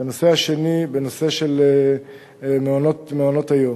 והנושא השני, הנושא של מעונות היום.